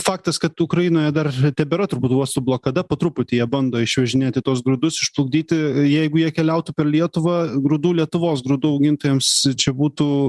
faktas kad ukrainoje dar tebėra turbūt uostų blokada po truputį jie bando išvežinėti tuos grūdus išplukdyti jeigu jie keliautų per lietuvą grūdų lietuvos grūdų augintojams čia būtų